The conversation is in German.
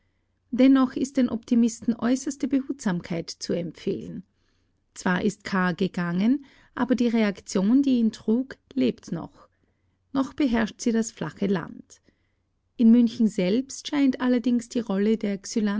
dennoch ist den optimisten äußerste behutsamkeit zu empfehlen zwar ist kahr gegangen aber die reaktion die ihn trug lebt noch noch beherrscht sie das flache land in münchen selbst scheint allerdings die rolle der